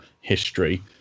history